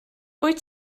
wyt